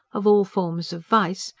of all forms of vice,